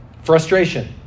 frustration